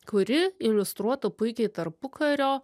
kuri iliustruotų puikiai tarpukario